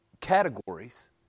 categories